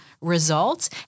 results